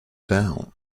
down